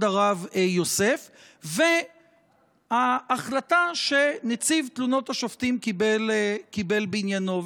הרב יוסף וההחלטה שנציב תלונות השופטים קיבל בעניינו.